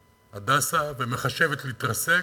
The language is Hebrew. "הדסה", ומחשבת להתרסק?